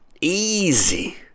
easy